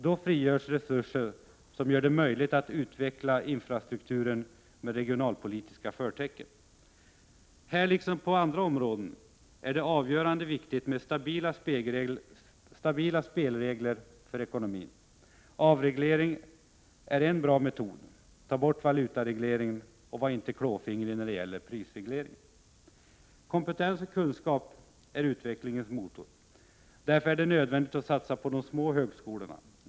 Då frigörs resurser som gör det möjligt att utveckla infrastrukturen med regionalpolitiska förtecken. Här liksom på andra områden är det av avgörande vikt med stabila spelregler för ekonomin. Avreglering är en bra metod. Ta bort valutaregleringen och var inte klåfingrig när det gäller prisregleringen! Kompetens och kunskap är utvecklingens motor. Därför är det nödvändigt att satsa på de små högskolorna.